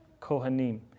kohanim